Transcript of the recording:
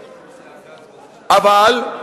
אבל,